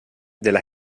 della